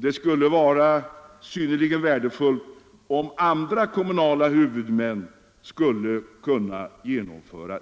Det skulle vara synnerligen värdefullt om andra kommunala huvudmän gjorde